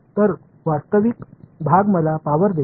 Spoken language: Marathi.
तर वास्तविक भाग मला पॉवर देईल